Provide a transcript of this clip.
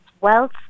wealth